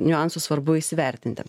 niuansus svarbu įsivertinti